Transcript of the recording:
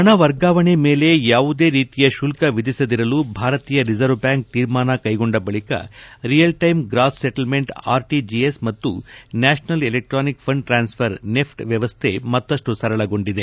ಹಣ ವರ್ಗಾವಣೆ ಮೇಲೆ ಯಾವುದೇ ರೀತಿಯ ಶುಲ್ತ ವಿಧಿಸದಿರಲು ಭಾರತೀಯ ರಿಸರ್ವ್ ಬ್ಯಾಂಕ್ ತೀರ್ಮಾನ ಕೈಗೊಂಡ ಬಳಿಕ real time gross settlement RTGS ಮತ್ತು national electronic fund transfer NEFT ವ್ಕವಸ್ಥೆ ಮತ್ತಷ್ಟು ಸರಳಗೊಂಡಿದೆ